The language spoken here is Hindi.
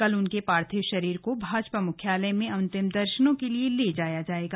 कल उनके पार्थिव शरीर को भाजपा मुख्यालय में अंतिम दर्शन के लिए ले जाया जाएगा